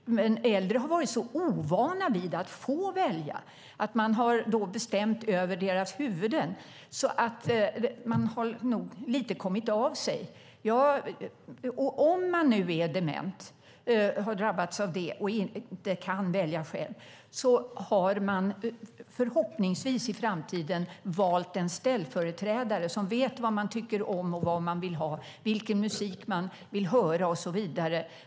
Äldre har varit så ovana vid att få välja och vana vid att man har bestämt över deras huvuden att de nog lite har kommit av sig. Om man nu har drabbats av demens och inte kan välja själv har man i framtiden förhoppningsvis valt en ställföreträdare som vet vad man tycker om och vill ha, vilken musik man vill höra och så vidare.